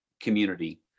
community